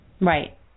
Right